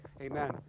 amen